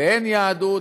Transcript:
ואין יהדות,